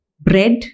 bread